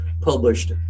published